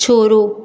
छोड़ो